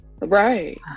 right